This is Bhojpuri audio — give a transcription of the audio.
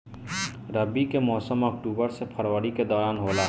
रबी के मौसम अक्टूबर से फरवरी के दौरान होला